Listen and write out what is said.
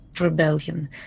rebellion